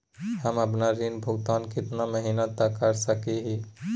हम आपन ऋण भुगतान कितना महीना तक कर सक ही?